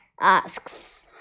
Asks